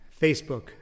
Facebook